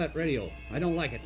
that radio i don't like it